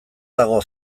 dago